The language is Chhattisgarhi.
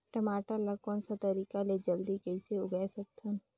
टमाटर ला कोन सा तरीका ले जल्दी कइसे उगाय सकथन?